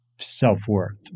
self-worth